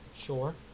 Sure